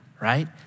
right